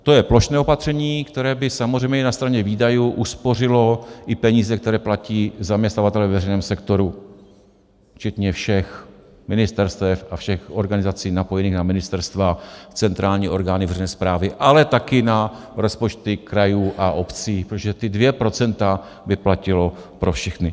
To je plošné opatření, které by samozřejmě i na straně výdajů uspořilo i peníze, které platí zaměstnavatelé ve veřejném sektoru včetně všech ministerstev a všech organizací napojených na ministerstva, centrální orgány veřejné správy, ale taky na rozpočty krajů a obcí, protože ta dvě procenta by platila pro všechny.